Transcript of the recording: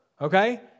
okay